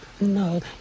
No